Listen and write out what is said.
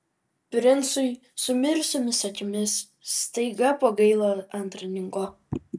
princui su mirusiomis akimis staiga pagailo antrininko